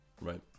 Right